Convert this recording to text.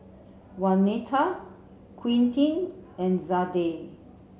Waneta Quintin and Zadie